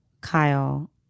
Kyle